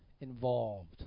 involved